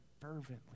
fervently